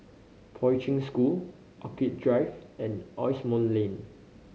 Poi Ching School Orchid Drive and Asimont Lane